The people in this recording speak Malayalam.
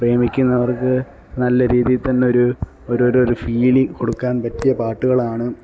പ്രേമിക്കുന്നവര്ക്ക് നല്ല രീതിയില് തന്നെ ഒരു ഒരു ഒരു ഫീൽ കൊടുക്കാന് പറ്റിയ പാട്ടുകളാണ്